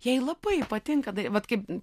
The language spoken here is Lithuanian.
jei labai patinka tai vat kaip